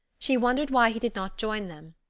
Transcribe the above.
she wondered why he did not join them.